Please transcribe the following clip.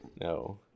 No